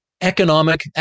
Economic